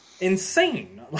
insane